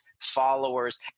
followers